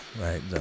right